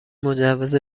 مجوز